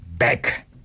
back